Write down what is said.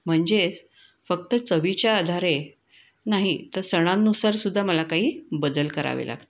म्हणजेच फक्त चवीच्या आधारे नाही तर सणांनुसारसुद्धा मला काही बदल करावे लागतात